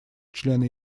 члены